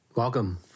Welcome